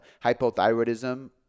hypothyroidism